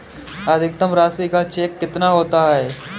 अधिकतम राशि का चेक कितना होता है?